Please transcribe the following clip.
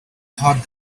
thought